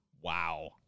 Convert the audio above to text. wow